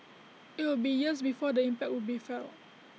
IT will be years before the impact will be felt